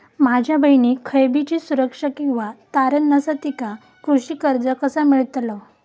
माझ्या बहिणीक खयचीबी सुरक्षा किंवा तारण नसा तिका कृषी कर्ज कसा मेळतल?